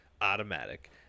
automatic